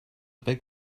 big